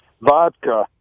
vodka